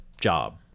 job